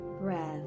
breath